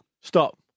Stop